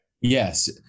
Yes